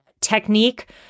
technique